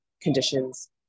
conditions